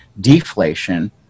deflation